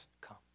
come